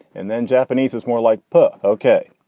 and then japanese is more like put. ok.